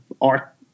art